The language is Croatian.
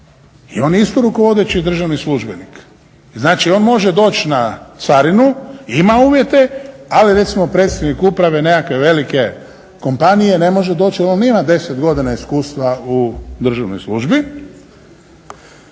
i on je isto rukovodeći državni službenik. I znači on može doći na Carinu, ima uvjete, ali recimo predstojnik uprave nekakve velike kompanije ne može doći jer on nema 10 godina iskustva u državnoj službi.